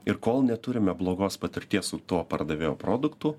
ir kol neturime blogos patirties su tuo pardavėjo produktu